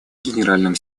генеральным